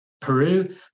Peru